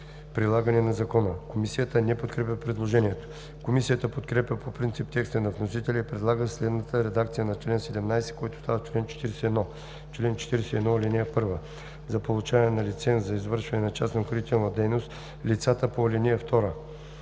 прилагане на закона“.“ Комисията не подкрепя предложението. Комисията подкрепя по принцип текста на вносителя и предлага следната редакция на чл. 17, който става чл. 41: „Чл. 41. (1) За получаване на лиценз за извършване на частна охранителна дейност лицата по чл. 2,